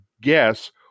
guess